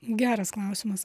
geras klausimas